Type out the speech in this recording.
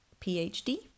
PhD